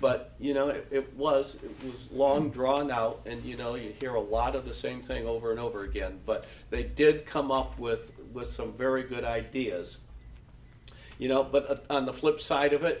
but you know it was a long drawn out and you know you hear a lot of the same thing over and over again but they did come out with some very good ideas you know on the flip side of it